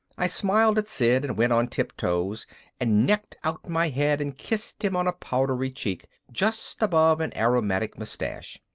i smiled at sid and went on tiptoes and necked out my head and kissed him on a powdery cheek just above an aromatic mustache.